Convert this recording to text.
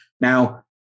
Now